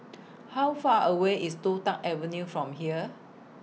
How Far away IS Toh Tuck Avenue from here